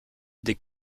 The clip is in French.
des